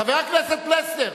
חבר הכנסת פלסנר.